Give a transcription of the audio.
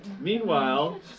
Meanwhile